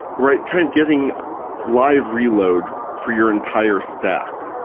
right? kind of getting live reload for your entire stack.